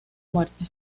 muerte